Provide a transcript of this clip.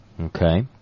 Okay